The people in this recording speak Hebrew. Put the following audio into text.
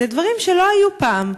אלו דברים שלא היו פעם,